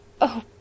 Oh